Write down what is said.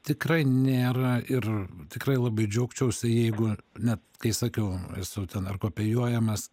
tikrai nėra ir tikrai labai džiaugčiausi jeigu net kai sakiau esu ten ar kopijuojamas